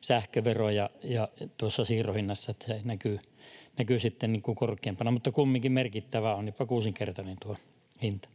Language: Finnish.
sähköveroja, joten se näkyy sitten korkeampana, mutta kumminkin on merkittävä, jopa kuusinkertainen tuo hinta.